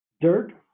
dirt